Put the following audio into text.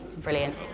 Brilliant